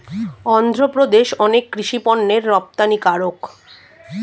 অন্ধ্রপ্রদেশ অনেক কৃষি পণ্যের রপ্তানিকারক